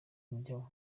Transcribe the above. imiryango